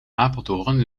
apeldoorn